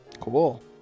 Cool